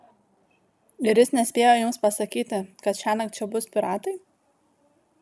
ir jis nespėjo jums pasakyti kad šiąnakt čia bus piratai